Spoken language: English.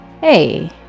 Hey